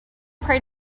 pray